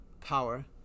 power